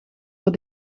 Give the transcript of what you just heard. voor